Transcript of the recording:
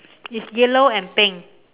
is yellow and pink